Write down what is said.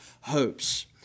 hopes